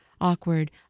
Awkward